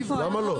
למה לא?